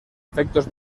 efectos